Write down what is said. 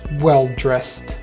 well-dressed